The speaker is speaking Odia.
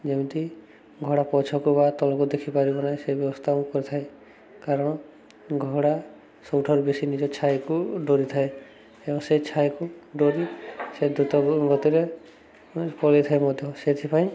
ଯେମିତି ଘୋଡ଼ା ପଛକୁ ବା ତଳକୁ ଦେଖି ପାରିବ ନାହିଁ ସେ ବ୍ୟବସ୍ଥା ମୁଁ କରିଥାଏ କାରଣ ଘୋଡ଼ା ସବୁଠାରୁ ବେଶୀ ନିଜ ଛାଇକୁ ଡରିଥାଏ ଏବଂ ସେ ଛାଇକୁ ଡରି ସେ ଦ୍ରୁତ ଗତିରେ ପଳେଇ ଥାଏ ମଧ୍ୟ ସେଥିପାଇଁ